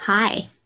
Hi